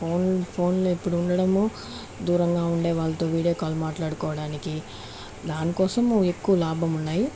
ఫోన్లో ఫోన్లు ఎప్పుడు ఉండడము దూరంగా ఉండే వాళ్లతో వీడియో కాల్ మాట్లాడుకోవడానికి దానికోసం ఎక్కువ లాభం ఉన్నాయి